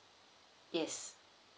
yes